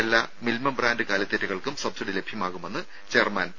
എല്ലാ മിൽമ ബ്രാൻഡ് കാലിത്തീറ്റകൾക്കും സബ്സിഡി ലഭ്യമാകുമെന്ന് ചെയർമാൻ പി